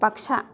Baksa